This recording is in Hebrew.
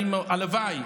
הלוואי,